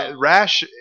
Rash